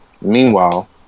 Meanwhile